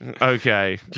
okay